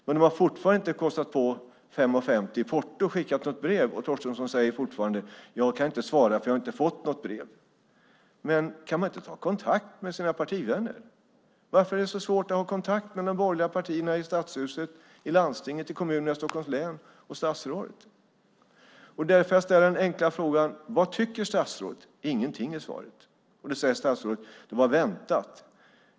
Men de har fortfarande inte kostat på 5:50 i porto och skickat något brev, och Torstensson säger fortfarande: Jag kan inte svara, för jag har inte fått något brev. Men kan hon inte ta kontakt med sina partivänner? Varför är det så svårt att ha kontakt mellan de borgerliga partierna i Stadshuset, i landstinget, i kommunerna i Stockholms län och statsrådet? När jag ställer den enkla frågan vad statsrådet tycker är svaret: Ingenting. Statsrådet säger att det var väntat.